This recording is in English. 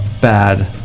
bad